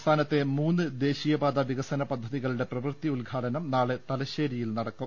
സംസ്ഥാനത്തെ മൂന്ന് ദേശീയപാതാ വികസന പദ്ധതികളുടെ പ്രവൃത്തി ഉദ്ഘാടനം നാളെ തലശ്ശേരിയിൽ നടക്കും